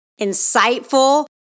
insightful